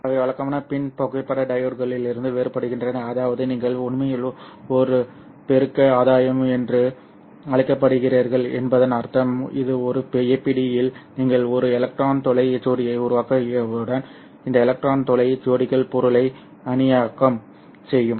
அவை வழக்கமான PIN புகைப்பட டையோட்களிலிருந்து வேறுபடுகின்றன அதாவது நீங்கள் உண்மையில் ஒரு பெருக்க ஆதாயம் என்று அழைக்கப்படுகிறீர்கள் என்பதன் அர்த்தம் இது ஒரு APD இல் நீங்கள் ஒரு எலக்ட்ரான் துளை ஜோடியை உருவாக்கியவுடன் இந்த எலக்ட்ரான் துளை ஜோடிகள் பொருளை அயனியாக்கம் செய்யும்